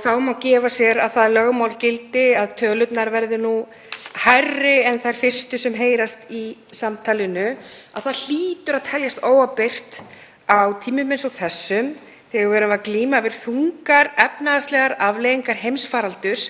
Þá má gefa sér að það lögmál gildi að tölurnar verði nú hærri en þær fyrstu sem heyrast í samtalinu. Þetta hlýtur að teljast óábyrgt á tímum eins og þessum þegar við erum að glíma við þungar efnahagslegar afleiðingar heimsfaraldurs